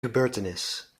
gebeurtenis